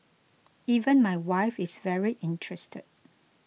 even my wife is very interested